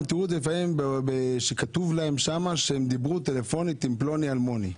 וגם תראו לפעמים שכתוב להם שם שהם דיברו טלפונית עם פלוני-אלמוני,